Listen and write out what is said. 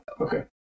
Okay